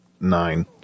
nine